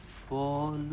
for